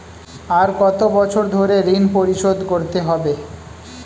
আর কত বছর ধরে ঋণ পরিশোধ করতে হবে?